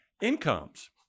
incomes